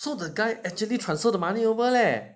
so the guy actually transferred the money over leh